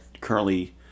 currently